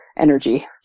Energy